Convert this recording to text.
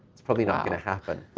it's probably not gonna happen.